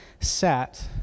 sat